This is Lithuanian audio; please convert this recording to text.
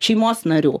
šeimos narių